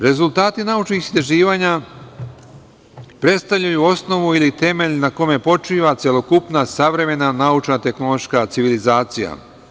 Rezultati naučnih istraživanja predstavljaju osnovu ili temelj na kome počiva celokupna savremena, naučna, tehnološka civilizacija.